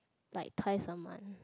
like twice a month